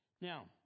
Now